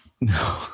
No